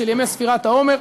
ימי ספירת העומר.